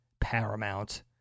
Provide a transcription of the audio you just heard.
Paramount